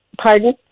pardon